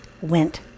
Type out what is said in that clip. went